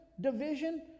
division